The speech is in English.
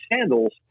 sandals